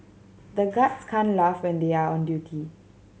the guards can't laugh when they are on duty